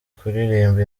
kuririmba